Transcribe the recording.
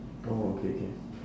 oh K K